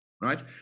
right